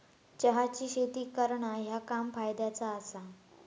चहाची शेती करणा ह्या काम फायद्याचा आसा